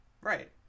Right